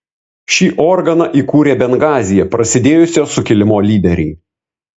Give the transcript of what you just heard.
šį organą įkūrė bengazyje prasidėjusio sukilimo lyderiai